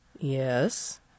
Yes